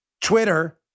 Twitter